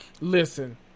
listen